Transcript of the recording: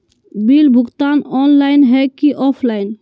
Bill भुगतान online है की ऑफलाइन?